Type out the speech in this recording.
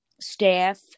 staff